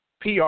PR